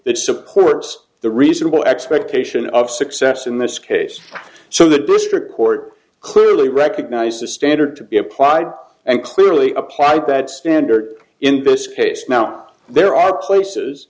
that supports the reasonable expectation of success in this case so the district court clearly recognized the standard to be applied and clearly applied that standard in this case now there are places